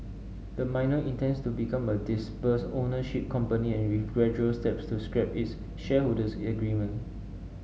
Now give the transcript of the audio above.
the miner intends to become a dispersed ownership company with gradual steps to scrap its shareholders agreement